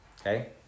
Okay